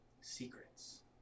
secrets